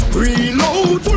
reload